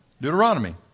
Deuteronomy